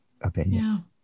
opinion